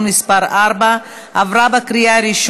מס' 4) (איסור הפליה מחמת מקום מגורים),